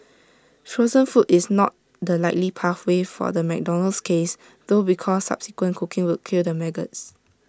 frozen food is not the likely pathway for the McDonald's case though because subsequent cooking would kill the maggots